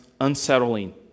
unsettling